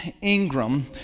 Ingram